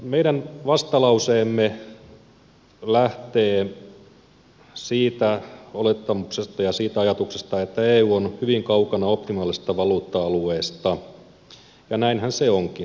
meidän vastalauseemme lähtee siitä olettamuksesta ja siitä ajatuksesta että eu on hyvin kaukana optimaalisesta valuutta alueesta ja näinhän se onkin